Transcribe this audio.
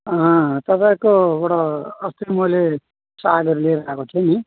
अँ तपाईँकोबाट अस्ति मैले सागहरू लिएर आएको थिएँ नि